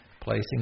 placing